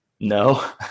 No